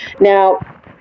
Now